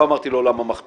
לא אמרתי לו מה המכפיל,